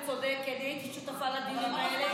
הוא צודק כי אני הייתי שותפה לדיונים האלה.